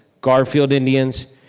garfield indians,